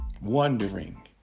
wondering